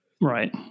right